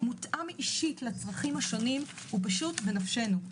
מותאם אישית לצרכים השונים הוא פשוט בנפשנו.